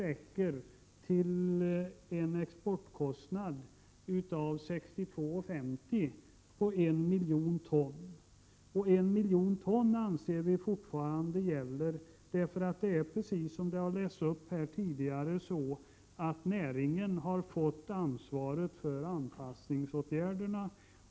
Det räcker till en exportkostnad av 62:50 kr. för 1 miljon ton. 1 miljon ton anser vi fortfarande gäller, eftersom det är just så som det sagts här tidigare att näringen har fått ansvaret för anpassningsåtgärderna.